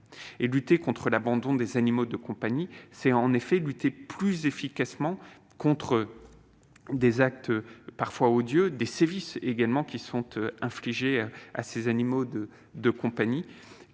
Lutter contre l'abandon des animaux de compagnie, c'est en effet lutter plus efficacement contre des actes parfois odieux, également contre des sévices infligés à ces animaux de compagnie